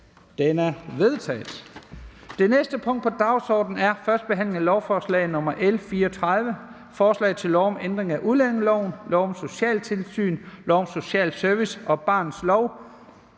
Den er vedtaget. --- Det næste punkt på dagsordenen er: 3) 1. behandling af lovforslag nr. L 34: Forslag til lov om ændring af udlændingeloven, lov om socialtilsyn, lov om social service og barnets lov.